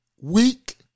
Weak